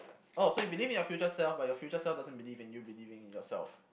oh so you believe in your future self but your future self doesn't believe in you believing in yourself